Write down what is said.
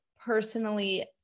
personally